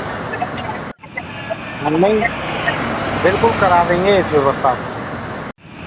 नहीं बिल्कुल करा देंगे इस व्यवस्था को सही तरीके से